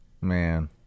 Man